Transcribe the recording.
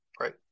Right